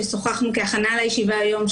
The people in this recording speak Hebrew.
כששוחחנו כהכנה לישיבה היום,